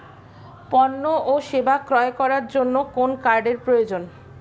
পণ্য ও সেবা ক্রয় করার জন্য কোন কার্ডের প্রয়োজন?